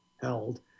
held